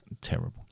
terrible